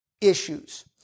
issues